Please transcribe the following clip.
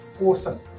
awesome